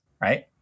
right